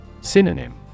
Synonym